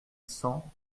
cent